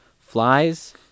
flies